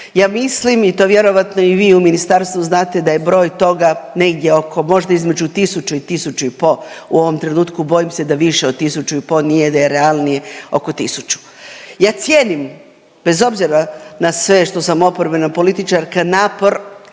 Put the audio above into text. Ja mislim i to vjerojatno i vi u ministarstvu znate da je broj toga negdje oko možda između tisuću i tisuću i po u ovom trenutku, bojim se da više od tisuću i po nije da je realnije oko tisuću. Ja cijenim bez obzira na sve što sam oporbena političarka napor